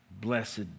blessed